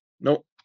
Nope